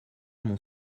mon